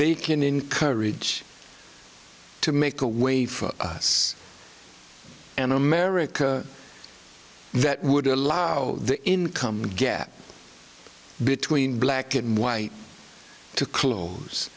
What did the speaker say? encourage to make a way for us an america that would allow the income gap between black and white to close